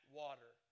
water